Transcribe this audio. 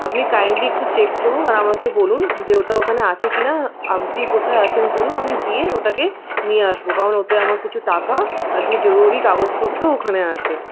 আপনি কাইন্ডলি একটু চেক করুন আর আমাকে বলুন যে ওটা ওখানে আছে কি না আপনি কোথায় আছেন বলুন আমি গিয়ে ওটাকে নিয়ে আসব কারণ ওতে আমার কিছু টাকা আর কিছু জরুরি কাগজপত্রও ওখানে আছে